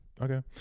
okay